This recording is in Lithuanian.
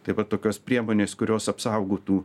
taip pat tokios priemonės kurios apsaugotų